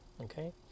okay